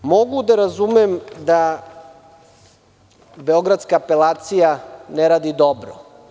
Mogu da razumem da beogradska apelacija ne radi dobro.